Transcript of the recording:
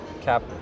cap